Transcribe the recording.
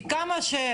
כי כמה,